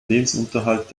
lebensunterhalt